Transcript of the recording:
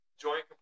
joint